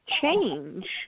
change